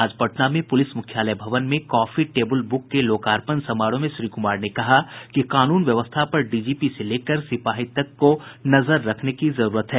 आज पटना में पुलिस मुख्यालय भवन में कॉफी टेबल बुक के लोकार्पण समारोह में श्री कुमार ने कहा कि कानून व्यवस्था पर डीजीपी से लेकर सिपाही तक को नजर रखने की जरूरत है